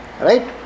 right